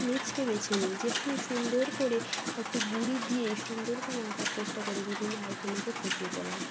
মেঝেকে বেছে নিই যেখানে সুন্দর করে একটা গুঁড়ো দিয়ে সুন্দর করে আঁকার চেষ্টা করি বিভিন্ন আলপনাকে ফুটিয়ে তোলার